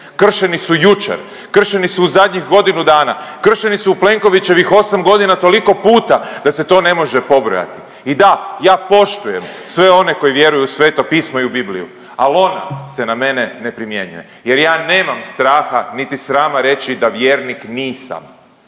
Kršeni su jučer, kršeni su u zadnjih godinu dana. Kršeni su u Plenkovićevih 8 godina toliko puta da se to ne može pobrojati i da ja poštujem sve one koji vjeruju u Sveto pismo i Bibliju al ona se na mene ne primjenjuje jer ja nemam straha niti srama reći da vjernik nisam.